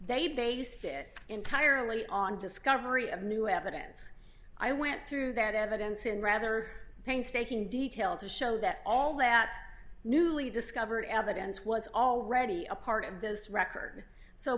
they based it entirely on discovery of new evidence i went through that evidence in rather painstaking detail to show that all that newly discovered evidence was already a part of this record so